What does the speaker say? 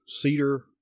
cedar